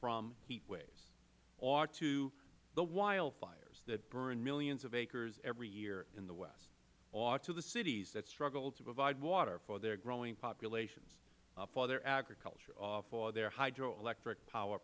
from heat waves or to the wildfires that burn millions of acres every year in the west or to the cities that struggle to provide water for their growing populations for their agriculture or for their hydroelectric power